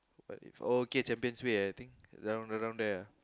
well if okay Champions Way eh I think around around there ah